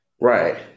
Right